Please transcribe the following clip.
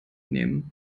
nehmen